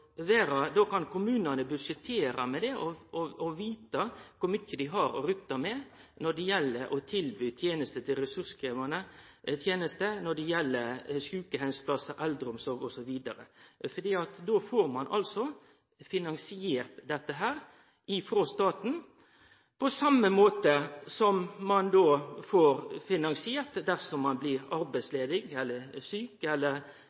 og vite kor mykje dei har å rutte med når det gjeld å tilby ressurskrevjande tenester som sjukeheimsplassar, eldreomsorg osv. Då får ein altså finansiert dette frå staten, på same måte som ein får finansiert det dersom ein blir arbeidsledig eller sjuk eller